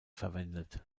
verwendet